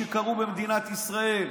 שקרו במדינת ישראל,